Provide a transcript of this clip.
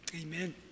amen